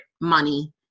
money